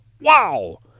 Wow